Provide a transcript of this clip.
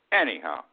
Anyhow